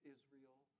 Israel